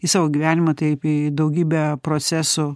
į savo gyvenimą taip į daugybę procesų